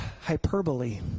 hyperbole